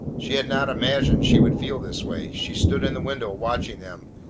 she had not imagined she would feel this way. she stood in the window watching them,